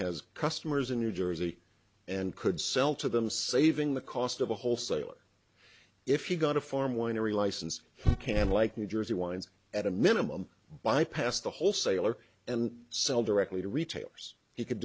has customers in new jersey and could sell to them saving the cost of a wholesaler if he got a farm winery license canned like new jersey wines at a minimum bypass the wholesaler and sell directly to retailers he could